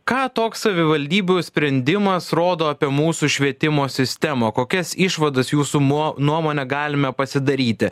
ką toks savivaldybių sprendimas rodo apie mūsų švietimo sistemą kokias išvadas jūsų mo nuomone galime pasidaryti